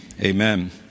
Amen